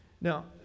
Now